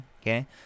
Okay